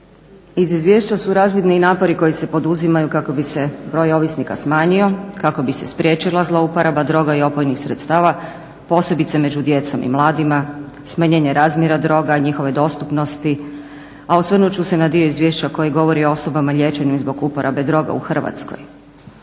Iz izvješća su razvidni i napori koji se poduzimaju kako bi se broj ovisnika smanjio, kako bi se spriječila zlouporaba droga i opojnih sredstava posebice među djecom i mladima, smanjenje razmjera droga, njihove dostupnosti, a osvrnut ću se na dio izvješća koji govori o osobama liječenim zbog uporabe droga u Hrvatskoj.